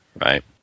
right